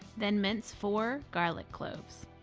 then mince four garlic cloves.